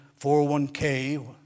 401k